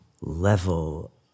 level